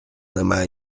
немає